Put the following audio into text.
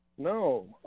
No